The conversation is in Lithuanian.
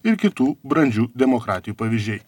ir kitų brandžių demokratijų pavyzdžiai